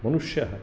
मनुष्यः